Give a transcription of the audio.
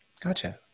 Gotcha